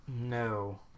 No